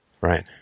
Right